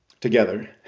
Together